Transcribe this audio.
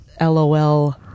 LOL